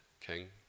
king